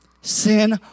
Sin